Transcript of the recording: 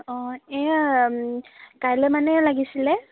অঁ এইয়া কাইলৈ মানেই লাগিছিলে